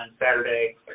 Saturday